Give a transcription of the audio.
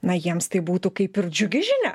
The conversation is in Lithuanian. na jiems tai būtų kaip ir džiugi žinia